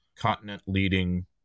continent-leading